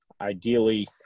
ideally